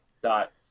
dot